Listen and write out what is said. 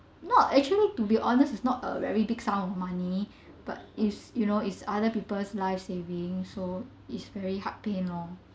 not actually to be honest it's not a very big sum of money but it's you know it's other people's life savings so it's very heart pain lor